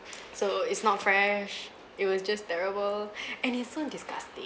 so it's not fresh it was just terrible and it's so disgusting